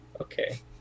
Okay